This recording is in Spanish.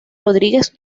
rodríguez